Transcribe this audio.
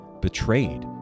betrayed